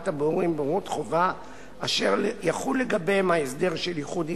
הבוררים בבוררות חובה אשר יחול לגביהם ההסדר של ייחוד עיסוק,